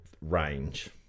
Range